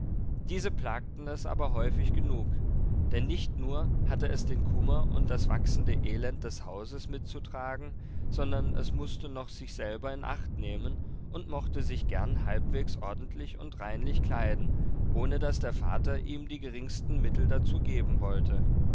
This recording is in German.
diese plagten es aber häufig genug denn nicht nur hatte es den kummer und das wachsende elend des hauses mit zu tragen sondern es mußte noch sich selber in acht nehmen und mochte sich gern halbwegs ordentlich und reinlich kleiden ohne daß der vater ihm die geringsten mittel dazu geben wollte